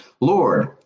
Lord